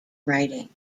writing